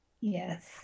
Yes